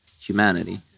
humanity